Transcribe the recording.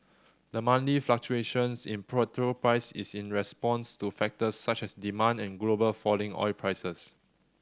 the monthly fluctuations in petrol price is in response to factors such as demand and global falling oil prices